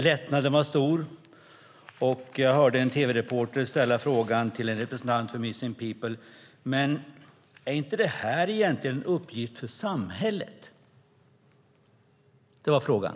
Lättnaden var stor, och jag hörde en tv-reporter fråga en representant för Missing People: Men är inte det här egentligen en uppgift för samhället? Det var frågan.